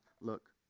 look